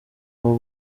abo